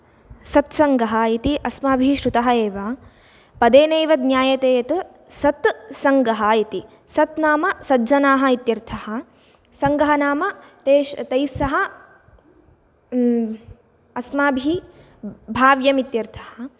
सत्सङ्गः इति अस्माभिः श्रुतः एव पदेनैव ज्ञायते यत् सत् सङ्गः इति सत् नाम सज्जनाः इत्यर्थः सङ्गः नाम तेष् तैः सह अस्माभिः भाव्यम् इत्यर्थः